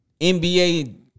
NBA